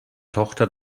tochter